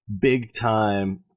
big-time